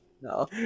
No